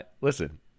Listen